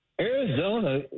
Arizona